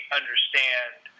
understand